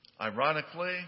Ironically